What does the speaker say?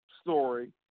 story